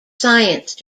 science